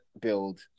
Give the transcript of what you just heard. build